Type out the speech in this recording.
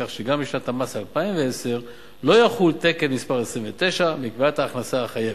כך שגם בשנת המס 2010 לא יחול תקן מס' 29 בקביעת ההכנסה החייבת.